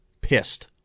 pissed